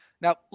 Now